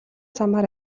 замаар